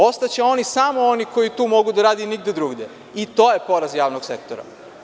Ostaće samo oni koji tu mogu da rade i nigde drugde i to je poraz javnog sektora.